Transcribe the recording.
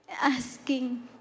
asking